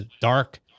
dark